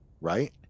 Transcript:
right